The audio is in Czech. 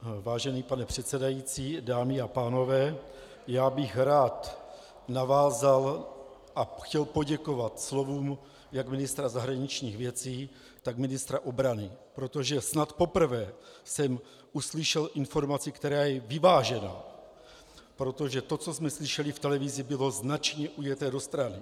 Vážený pane předsedající, dámy a pánové, já bych rád navázal a chtěl poděkovat slovům jak ministra zahraničních věcí, tak ministra obrany, protože snad poprvé jsem uslyšel informaci, která je vyvážená, protože to, co jsme slyšeli v televizi, bylo značně ujeté do strany.